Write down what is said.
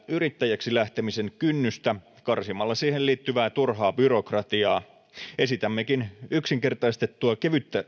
yrittäjäksi lähtemisen kynnystä karsimalla siihen liittyvää turhaa byrokratiaa esitämmekin yksinkertaistettua